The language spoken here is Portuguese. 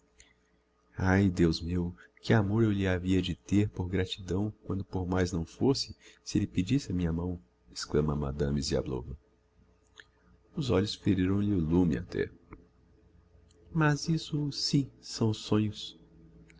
ai deus meu que amor eu lhe havia de ter por gratidão quando por mais não fosse se elle pedisse a minha mão exclama madame ziablova os olhos feriram lhe lume até mas isso sim são sonhos